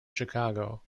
chicago